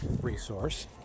resource